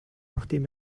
nachdem